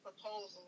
proposal